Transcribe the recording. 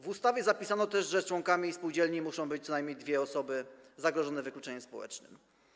W ustawie zapisano też, że członkami spółdzielni muszą być co najmniej dwie osoby zagrożone wykluczeniem społecznym.